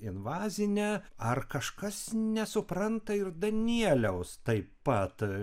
invazine ar kažkas nesupranta ir danieliaus taip pat